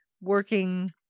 working